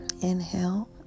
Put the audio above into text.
inhale